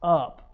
up